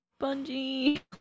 Bungie